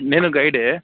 నేనూ గైడే